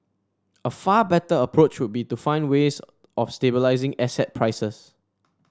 a far better approach would be to find ways of stabilising asset prices